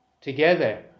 together